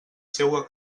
seua